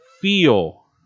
feel